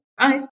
right